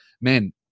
man